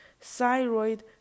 thyroid